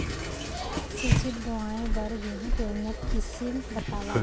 सिंचित बोआई बर गेहूँ के उन्नत किसिम बतावव?